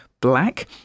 black